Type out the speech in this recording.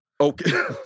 Okay